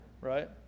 right